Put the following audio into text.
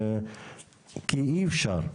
כי אי אפשר.